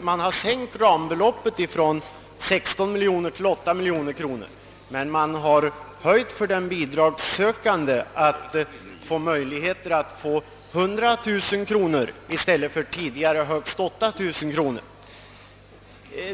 Man har sänkt rambeloppet från 16 miljoner till 8 miljoner kronor, men man har gett den bidragssökande möjlighet att få 100 000 kronor i stället för som tidigare högst 8 000 kronor.